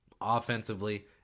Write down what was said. offensively